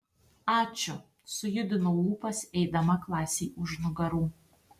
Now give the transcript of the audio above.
ačiū sujudinau lūpas eidama klasei už nugarų